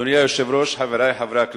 אדוני היושב-ראש, חברי חברי הכנסת,